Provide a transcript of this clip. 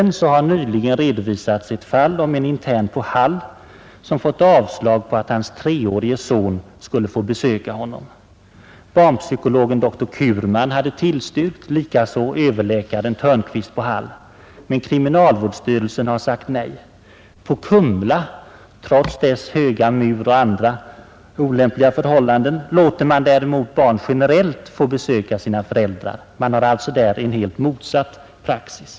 I pressen har nyligen redovisats ett fall där en intern på Hall fått avslag på en framställning om att hans treårige son skulle få besöka honom. Barnpsykologen, doktor Curman, hade tillstyrkt, likaså överläkaren Törnqvist på Hall. Men kriminalvårdsstyrelsen har sagt nej. På Kumla — trots dess höga mur och andra olämpliga förhållanden — låter man däremot barn generellt få besöka sina föräldrar. Man har alltså där en helt motsatt praxis.